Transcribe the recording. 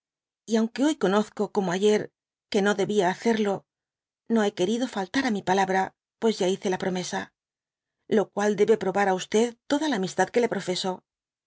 y aunque hoy conozco como ayer que no debia hacerlo no hé querido faltar á mi palabra pues ya hice la prome sa lo cual debe probar á toda la amistad que le profeso